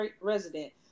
resident